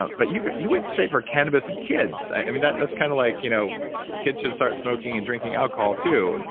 ah but you you went straight for cannabis and kids. i mean that's kinda kind of like, you know kids should start smoking and drinking alcohol, too, and